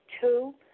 two